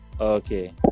Okay